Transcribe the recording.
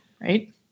Right